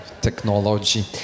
Technology